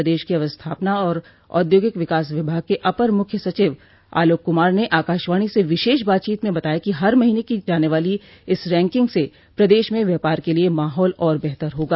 प्रदेश के अवस्थापना और औद्योगिक विकास विभाग के अपर मुख्य सचिव आलोक कुमार ने आकाशवाणी से विशेष बातचीत में बताया कि हर महोने की जाने वाली इस रैंकिंग से प्रदेश में व्यापार के लिये माहौल और बेहतर होगा